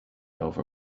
over